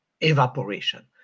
evaporation